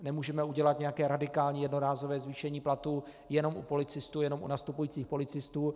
Nemůžeme udělat nějaké radikální, jednorázové zvýšení platů jenom u policistů, jenom u nastupujících policistů.